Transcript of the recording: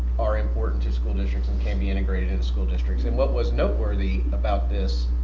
are important to school districts and can be integrated into school districts. and what was noteworthy about this